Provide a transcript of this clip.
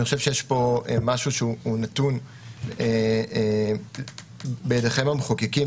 אני חושב שיש פה משהו שנתון בידיכם המחוקקים.